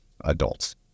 adults